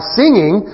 singing